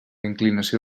inclinació